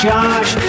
Josh